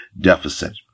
deficit